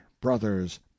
brothers